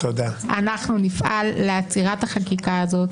אנחנו נפעל לעצירת החקיקה הזאת,